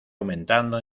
aumentando